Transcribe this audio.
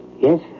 Yes